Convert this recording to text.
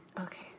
Okay